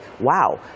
wow